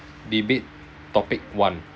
debate topic one